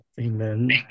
Amen